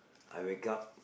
I wake up